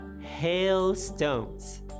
Hailstones